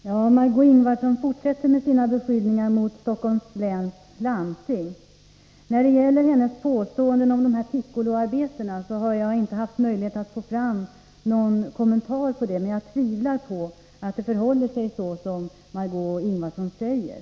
Herr talman! Jag har inte haft möjlighet att få fram någon kommentar till Margö Ingvardssons påståenden om pickoloarbeten, men jag tvivlar på att det förhåller sig så som hon säger.